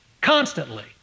constantly